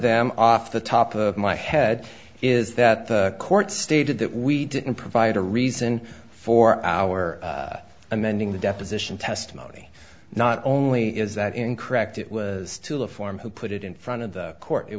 them off the top of my head is that the court stated that we didn't provide a reason for our amending the deposition testimony not only is that incorrect it was to a form who put it in front of the court it